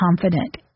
confident